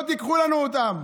לא תיקחו לנו אותם.